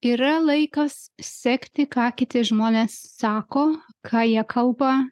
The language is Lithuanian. yra laikas sekti ką kiti žmonės sako ką jie kalba